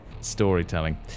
storytelling